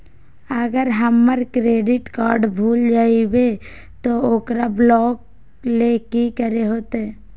अगर हमर credit card भूल जइबे तो ओकरा ब्लॉक लें कि करे होते?